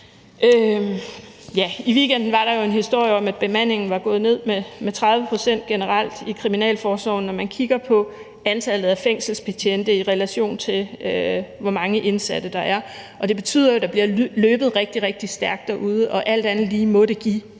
I weekenden var der jo en historie om, at bemandingen var gået ned med 30 pct. generelt i Kriminalforsorgen, når man kigger på antallet af fængselsbetjente, i relation til hvor mange indsatte der er, og det betyder, at der bliver løbet rigtig, rigtig stærkt derude, og alt andet lige må det give